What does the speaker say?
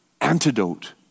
antidote